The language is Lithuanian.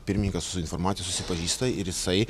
pirmininkas su informacija susipažįsta ir jisai